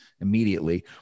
immediately